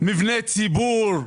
מבני ציבור,